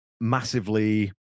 massively